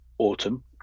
autumn